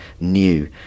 new